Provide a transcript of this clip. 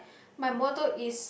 my motto is